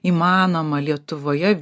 įmanoma lietuvoje